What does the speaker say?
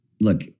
look –